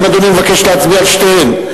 האם אדוני מבקש להצביע על שתיהן?